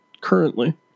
Currently